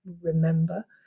remember